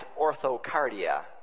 orthocardia